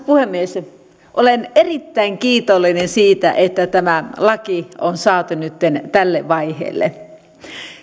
puhemies olen erittäin kiitollinen siitä että tämä laki on saatu nytten tälle vaiheelle